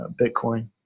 Bitcoin